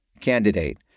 Candidate